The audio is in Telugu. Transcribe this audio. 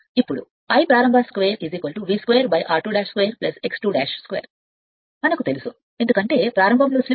ఇప్పుడు Iప్రారంభ2 V2r22 x22 మనకు తెలుసు ఎందుకంటే ప్రారంభంలో స్లిప్ 1